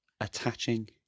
attaching